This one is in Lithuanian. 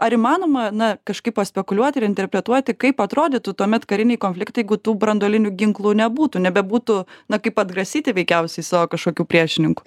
ar įmanoma na kažkaip paspekuliuoti ir interpretuoti kaip atrodytų tuomet kariniai konfliktai jeigu tų branduolinių ginklų nebūtų nebebūtų na kaip atgrasyti veikiausiai savo kažkokių priešininkų